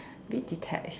bit detached